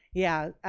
yeah,